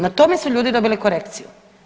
Na tome su ljudi dobili korekciju.